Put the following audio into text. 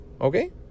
Okay